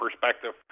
perspective